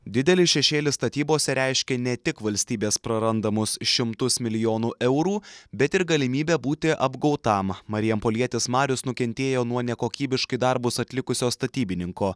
didelis šešėlis statybose reiškia ne tik valstybės prarandamus šimtus milijonų eurų bet ir galimybė būti apgautam marijampolietės marios nukentėjo nuo nekokybiškai darbus atlikusio statybininko